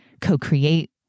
co-create